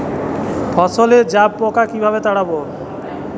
ফসলে জাবপোকা কিভাবে তাড়াব?